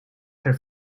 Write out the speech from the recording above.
her